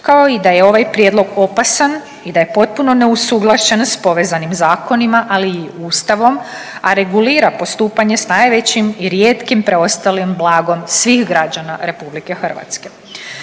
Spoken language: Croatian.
kao i da je ovaj prijedlog opasan i da je potpuno neusuglašen s povezanim zakonima ali i Ustavom, a regulira postupanje s najvećim i rijetkim preostalim blagom svih građana RH. Jako